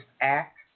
act